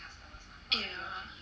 ya